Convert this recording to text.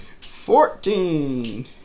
Fourteen